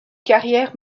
carrières